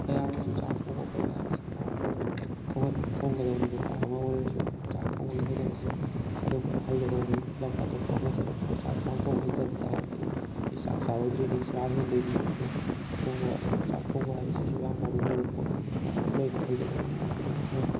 ꯃꯌꯥꯝꯅꯁꯨ ꯆꯥꯛ ꯊꯣꯡꯕ ꯈꯣꯠꯄ ꯍꯥꯏꯕꯁꯤ ꯌꯥꯝ ꯐꯩ ꯊꯣꯡꯒꯗꯕꯅꯤ ꯅꯨꯄꯥ ꯑꯃ ꯑꯣꯏꯔꯁꯨ ꯆꯥꯛ ꯊꯣꯡꯕꯒꯤ ꯍꯩꯅꯕꯤꯁꯤ ꯑꯗꯨꯃꯛ ꯍꯩꯒꯗꯕꯅꯤ ꯂꯝ ꯑꯇꯣꯞꯄ ꯑꯃ ꯆꯠꯂꯛꯄꯗ ꯆꯥꯛ ꯌꯦꯟꯁꯥꯡ ꯊꯣꯡꯕ ꯍꯩꯇꯕꯇꯥꯔꯗꯤ ꯑꯩ ꯆꯥꯛ ꯆꯥꯔꯣꯏꯗꯣꯏꯅꯤ ꯆꯔꯥ ꯍꯦꯟꯗꯣꯏꯅꯤ ꯑꯗꯨꯅ ꯊꯣꯡꯕ ꯆꯥꯛ ꯊꯣꯡꯕ ꯍꯥꯏꯕꯁꯤꯁꯨ ꯌꯥꯝ ꯃꯔꯨ ꯑꯣꯏꯕ ꯄꯣꯠꯅꯤ ꯑꯗꯨꯅ ꯂꯣꯏꯅ ꯍꯩꯒꯗꯕꯅꯤ ꯃꯤꯈꯨꯗꯤꯡꯃꯛꯅ